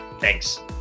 Thanks